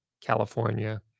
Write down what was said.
California